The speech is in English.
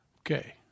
Okay